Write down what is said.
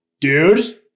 dude